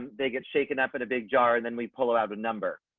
they get shaken up in a big jar and then we pull out a number.